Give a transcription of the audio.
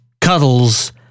Cuddles